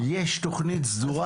יש תוכנית סדורה,